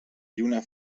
lluna